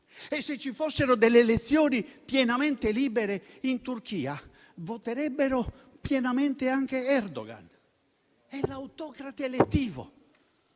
e se ci fossero elezioni pienamente libere in Turchia, voterebbero pienamente anche Erdogan. È l'autocrate elettivo.